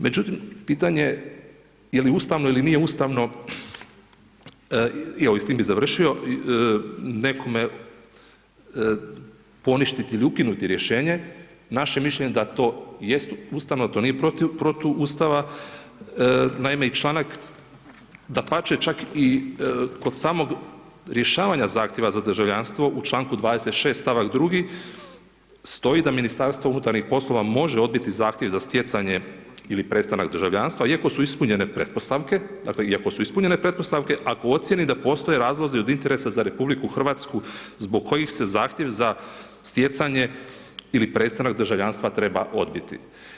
Međutim, pitanje je je li ustavno ili nije ustavno i evo, s tim bi završio nekome poništiti i9li ukinuti rješenje, naše mišljenje da to jest ustavno, da to nije protiv Ustava, naime i članak dapače i kod rješavanje samog zahtjeva za državljanstvo u čl. 26. stavak 2 stoji da Ministarstvo unutarnjih poslova, može odbiti zahtjev za stjecanje ili prestanak državljanstva iako su ispunjene pretpostavke, dakle, iako su ispunjene pretpostavke, ako ocjeni da postoji razlozi od interesa za RH, zbog kojih se zahtjev za stjecanje ili prestanak državljanstva treba odbiti.